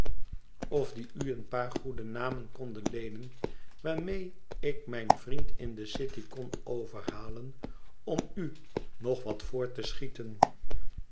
ifc een paar goede namen konden leenen waarmee ik mijn vriend in de city kon overhalen om u nog wat voor te schieten